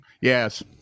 Yes